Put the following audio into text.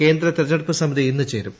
കേന്ദ്ര ന് തെരഞ്ഞെടുപ്പ് സമിതി ഇന്ന് ചേരും